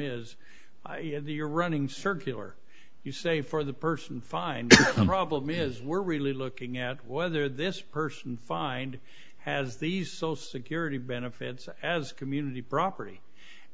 is you're running circular you say for the person fine problem is we're really looking at whether this person find has these social security benefits as community property